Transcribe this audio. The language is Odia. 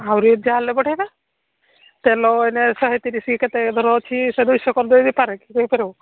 ଆହୁରି ଯାହା ହେଲେ ବଢ଼େଇବେ ତେଲ ଏଇନେ ଶହେ ତିରିଶ କେତେ ଧର ଅଛି ସେ ଦୁଇଶହ କରି ଦେଇବି ପାରେ କିିଏ କହିପାର